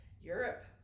Europe